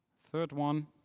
third one,